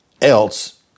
else